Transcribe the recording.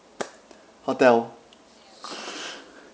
hotel